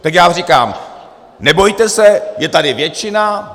Tak já vám říkám, nebojte se, je tady většina.